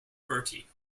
bertie